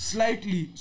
Slightly